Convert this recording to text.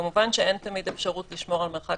כמובן שלא תמיד יש אפשרות לשמור על מרחק